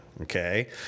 Okay